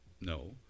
No